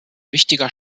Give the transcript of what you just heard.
wichtiger